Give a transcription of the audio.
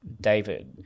David